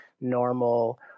normal